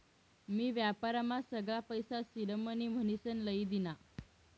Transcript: मी व्यापारमा सगळा पैसा सिडमनी म्हनीसन लई दीना